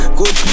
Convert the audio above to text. Good